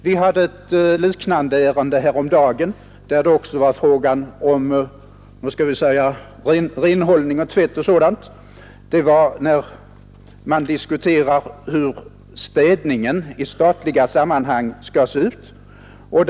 Vi kan jämföra ett annat nu aktuellt ärende, frågan om hur städningen i statliga sammanhang skall bedrivas.